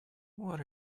what